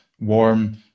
warm